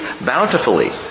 bountifully